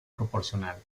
proporcional